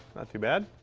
not too bad.